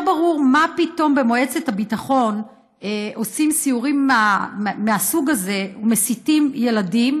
לא ברור מה פתאום במועצת הביטחון עושים סיורים מהסוג הזה ומסיתים ילדים,